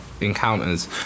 encounters